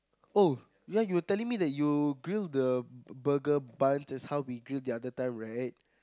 oh ya you telling me that you grill the burger bun as how we grill the other time right